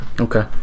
Okay